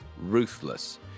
ruthless